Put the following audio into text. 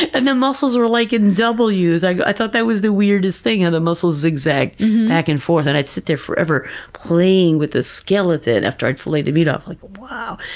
and the muscles were, like, in ws. i thought that was the weirdest thing, how the muscle zigzag back and forth. and i'd sit there forever playing with this skeleton after i'd filet the meat off, like, wow.